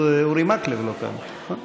אורי מקלב, לא כאן.